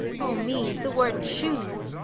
o me, the word choose!